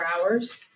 hours